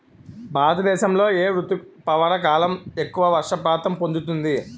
భారతదేశంలో ఏ రుతుపవన కాలం ఎక్కువ వర్షపాతం పొందుతుంది?